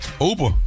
Uber